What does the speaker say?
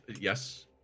Yes